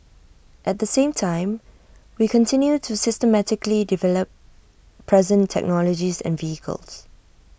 at the same time we continue to systematically develop present technologies and vehicles